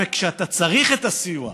וכשאתה צריך את הסיוע,